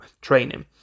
training